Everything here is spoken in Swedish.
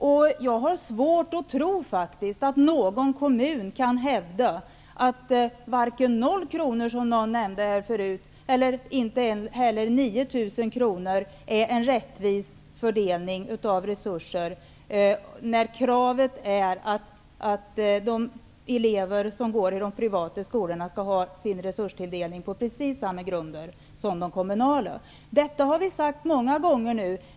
Jag har faktiskt svårt att tro att någon kommun kan hävda att 0 kr, som någon nämnde, eller 9 000 kr är en rättvis fördelning av resurser, när kravet är att de privata skolorna skall få sin resurstilldelning på precis samma grunder som de kommunala. Detta har vi sagt många gånger.